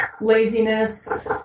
laziness